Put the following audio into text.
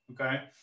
okay